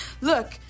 Look